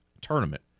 tournament